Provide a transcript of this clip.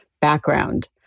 background